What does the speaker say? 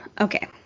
okay